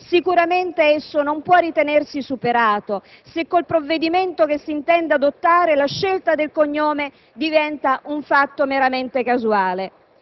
sicuramente esso non può ritenersi superato se con il provvedimento che si intende adottare la scelta del cognome diventa un fatto meramente casuale.